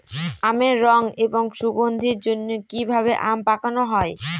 আমের রং এবং সুগন্ধির জন্য কি ভাবে আম পাকানো হয়?